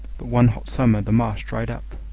but one hot summer the marsh dried up,